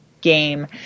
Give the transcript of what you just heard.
game